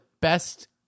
best